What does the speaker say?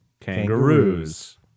kangaroos